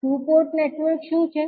two port network શું છે